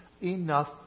enough